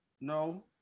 No